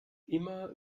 immer